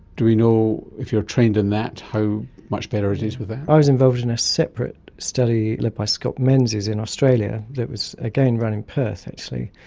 do we know if you're trained in that how much better it is with that? i was involved in a separate study led by scott menzies in australia, that was again run in perth actually,